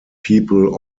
people